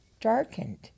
darkened